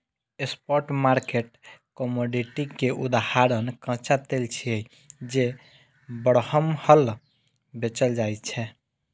spot market commodity के उदाहरण कच्चा तेल छियै, जे बरमहल बेचल जाइ छै